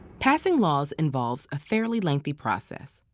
passing laws involves a fairly lengthy process.